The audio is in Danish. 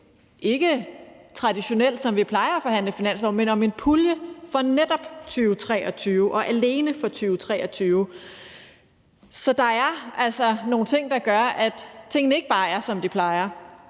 ikke traditionelt, som vi plejer at forhandle finanslov, men om en pulje for netop 2023 og alene for 2023. Så der er altså nogle ting, der gør, at tingene ikke bare er, som de plejer